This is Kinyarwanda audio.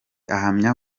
ahamya